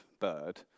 bird